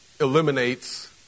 eliminates